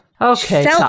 Okay